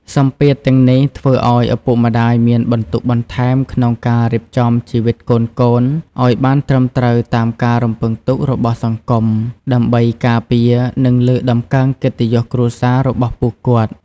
សម្ពាធទាំងនេះធ្វើឲ្យឪពុកម្ដាយមានបន្ទុកបន្ថែមក្នុងការរៀបចំជីវិតកូនៗឲ្យបានត្រឹមត្រូវតាមការរំពឹងទុករបស់សង្គម ដើម្បីការពារ និងលើកតម្កើងកិត្តិយសគ្រួសាររបស់ពួកគាត់។